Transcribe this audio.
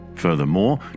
Furthermore